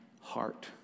heart